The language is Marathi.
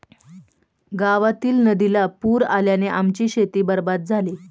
गावातील नदीला पूर आल्याने आमची शेती बरबाद झाली